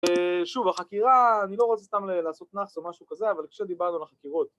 שוב החקירה אני לא רוצה סתם לעשות נאחס או משהו כזה אבל כשדיברנו על החקירות